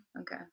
Okay